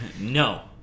No